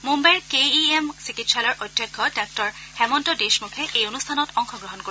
মুম্বাইৰ K E M চিকিৎসালয়ৰ অধ্যক্ষ ডাঃ হেমন্ত দেশমুখে এই অনুষ্ঠানত অংশ গ্ৰহণ কৰিব